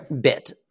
bit